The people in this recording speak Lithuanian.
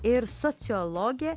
ir sociologė